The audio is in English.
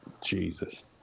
Jesus